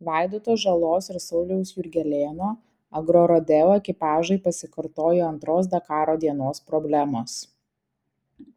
vaidoto žalos ir sauliaus jurgelėno agrorodeo ekipažui pasikartojo antros dakaro dienos problemos